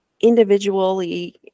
individually